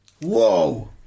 Whoa